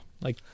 Like-